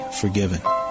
forgiven